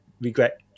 regret